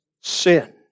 sin